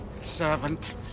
servant